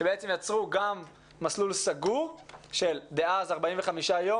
שבעצם יצרו גם מסלול סגור של 45 יום